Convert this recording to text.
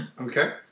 Okay